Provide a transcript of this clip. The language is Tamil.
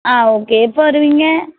ஆ ஓகே எப்போ வருவீங்க